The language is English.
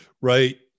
Right